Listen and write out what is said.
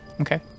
Okay